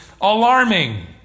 alarming